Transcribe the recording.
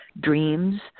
dreams